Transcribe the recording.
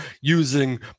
using